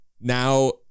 now